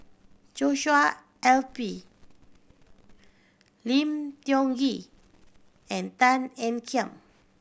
Joshua L P Lim Tiong Ghee and Tan Ean Kiam